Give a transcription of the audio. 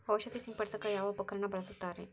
ಔಷಧಿ ಸಿಂಪಡಿಸಕ ಯಾವ ಉಪಕರಣ ಬಳಸುತ್ತಾರಿ?